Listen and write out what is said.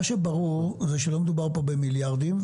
מה שברור הוא שלא מדובר כאן במיליארדי שקלים